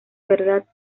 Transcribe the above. verdad